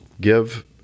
give